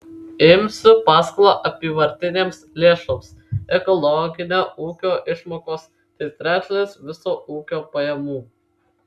imsiu paskolą apyvartinėms lėšoms ekologinio ūkio išmokos tai trečdalis viso ūkio pajamų